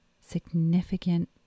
significant